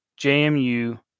JMU